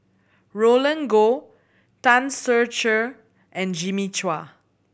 Roland Goh Tan Ser Cher and Jimmy Chua